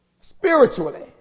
Spiritually